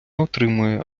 отримує